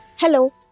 Hello